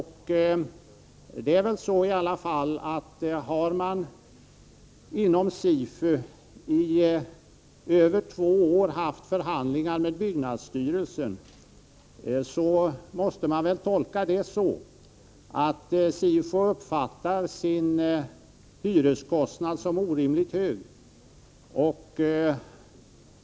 Har SIFU i över två år haft förhandlingar med byggnadsstyrelsen, så måste man väl tolka det så att SIFU uppfattar sin hyreskostnad som orimligt hög.